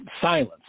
silence